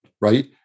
Right